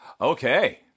Okay